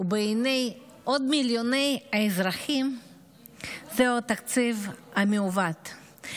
ובעיני עוד מיליוני אזרחים זהו תקציב מעוות,